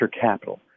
capital